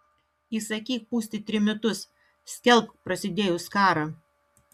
įsakyk pūsti trimitus skelbk prasidėjus karą